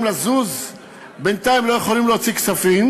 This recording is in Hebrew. לזוז בינתיים לא יכולים להוציא כספים